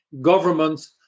governments